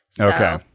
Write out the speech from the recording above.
Okay